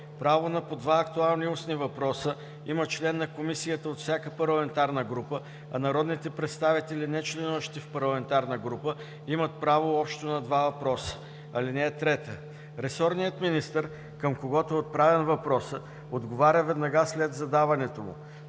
Право на по два актуални устни въпроса има член на комисията от всяка парламентарна група, а народните представители, нечленуващи в парламентарна група, имат право общо на два въпроса. (3) Ресорният министър, към когото е отправен въпросът, отговаря веднага след задаването му.